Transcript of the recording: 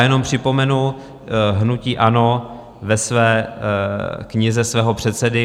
Jenom připomenu, že hnutí ANO v knize svého předsedy